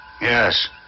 Yes